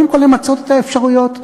קודם כול למצות את האפשרויות שיש,